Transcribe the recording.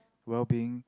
well being